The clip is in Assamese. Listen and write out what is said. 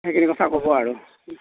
সেইখিনি কথা ক'ব আৰু